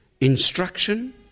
instruction